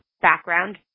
background